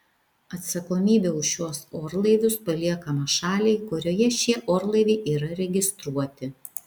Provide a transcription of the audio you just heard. atsakomybė už šiuos orlaivius paliekama šaliai kurioje šie orlaiviai yra registruoti